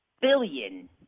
billion